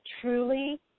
truly